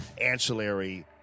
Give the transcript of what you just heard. ancillary